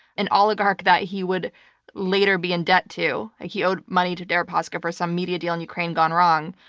an oligarch that he would later be in debt to ah he owed money to deripaska for some media deal in ukraine gone wrong.